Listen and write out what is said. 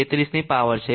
33 ની પાવર છે